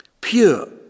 pure